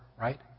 right